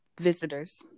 visitors